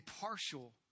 partial